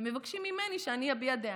ומבקשים ממני שאני אביע דעה,